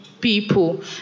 people